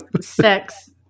sex